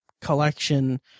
collection